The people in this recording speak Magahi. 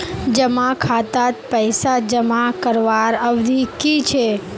जमा खातात पैसा जमा करवार अवधि की छे?